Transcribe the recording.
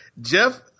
Jeff